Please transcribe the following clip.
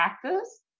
practice